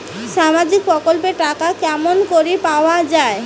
সামাজিক প্রকল্পের টাকা কেমন করি পাওয়া যায়?